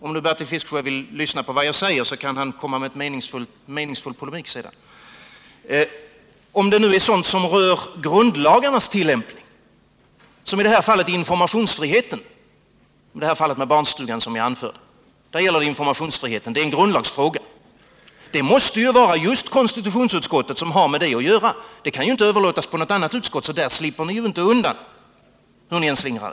— Om Bertil Fiskesjö vill lyssna till vad jag säger kan han komma med meningsfull polemik sedan. — Men när det gäller sådant som har med rikets författning, med grundlagarna, att göra, om det är sådant som gäller grundlagarnas tillämpning — som i det här fallet med informationsfriheten på barnstugorna — då måste det vara just KU som har att befatta sig med frågan. Det kan inte överlåtas på något annat utskott, så där slipper ni inte undan, hur ni än slingrar er.